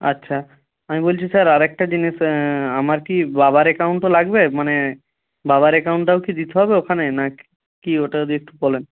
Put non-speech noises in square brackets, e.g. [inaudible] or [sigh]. আচ্ছা আমি বলছি স্যার আরেকটা জিনিস [unintelligible] আমার কি বাবার অ্যাকাউন্টও লাগবে মানে বাবার অ্যাকাউন্টটাও কি দিতে হবে ওখানে না কি ওটা যদি একটু বলেন